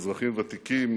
אזרחים ותיקים,